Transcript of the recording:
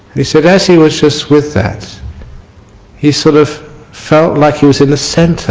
he said as he was just with that he sort of felt like he was in the centre